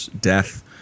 death